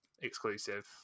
Exclusive